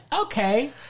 Okay